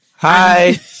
Hi